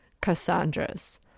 Cassandra's